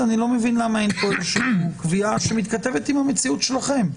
אני לא מבין למה אין פה איזה קביעה שמתכתבת עם המציאות שלכם?